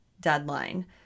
deadline